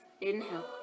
Inhale